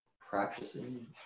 practicing